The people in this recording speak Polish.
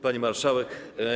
Pani Marszałek!